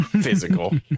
physical